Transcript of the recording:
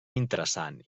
interessant